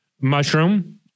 mushroom